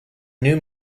new